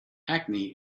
acne